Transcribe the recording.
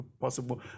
possible